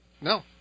no